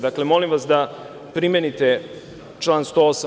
Dakle, molim vas da primenite član 108.